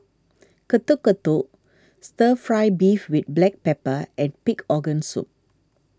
Getuk Getuk Stir Fry Beef with Black Pepper and Pig Organ Soup